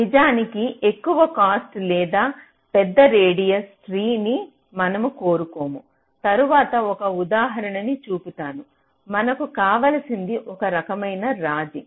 నిజానికి ఎక్కువ కాస్ట్ లేదా పెద్ద రేడియస్ ట్రీ ని మనము కోరుకోము తరువాత ఒక ఉదాహరణను చూపుతాను మనకు కావలసింది ఒక రకమైన రాజీ